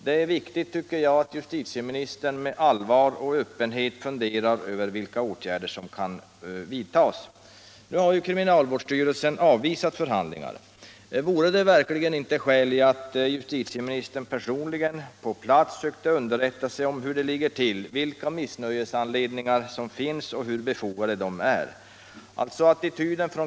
Det är viktigt, tycker jag, att justitieministern med allvar och öppenhet funderar över vilka åtgärder som kan vidtas. Kriminalvårdsstyrelsen har nu avvisat förhandlingar. Vore det verkligen inte skäl att justitieministern personligen på plats sökte underrätta sig om hur det ligger till, vilka missnöjesanledningar som finns och hur befogade de är?